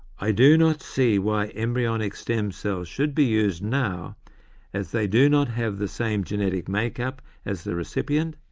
i do not see why embryonic stem cells should be used now as they do not have the same genetic makeup as the recipient,